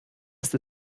ist